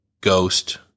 ghost